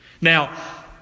Now